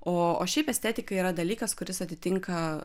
o šiaip estetika yra dalykas kuris atitinka